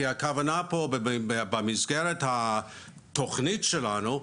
כי הכוונה פה במסגרת התוכנית שלנו,